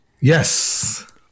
Yes